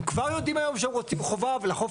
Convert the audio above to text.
הם כבר יודעים היום שהם רוצים חובה ולאכוף